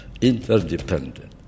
interdependent